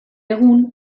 egun